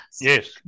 Yes